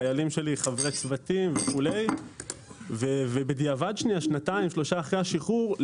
חיילים שלי חברי צוותים וכולי ובדיעבד שנתיים-שלוש אחרי השחרור,